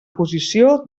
posició